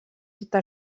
tota